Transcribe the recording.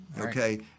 Okay